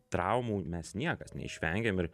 traumų mes niekas neišvengėm ir